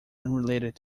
unrelated